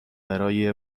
برای